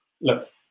Look